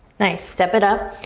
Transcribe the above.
nice, step it up.